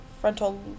frontal